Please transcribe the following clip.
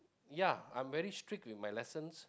ya I'm very strict in my lessons